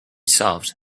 solved